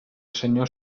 senyor